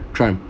try